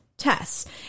tests